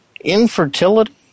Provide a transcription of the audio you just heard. infertility